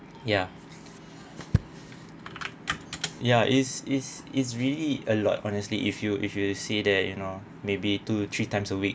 ya ya is is is really a lot honestly if you if you see that you know maybe two to three times a week